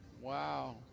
Wow